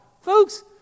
Folks